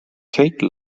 kate